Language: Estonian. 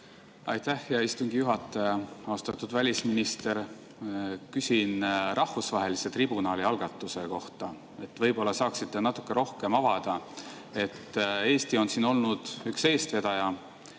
Aitäh, hea istungi juhataja! Austatud välisminister! Küsin rahvusvahelise tribunali algatuse kohta, võib-olla saaksite natuke rohkem avada. Eesti on siin olnud üks eestvedaja.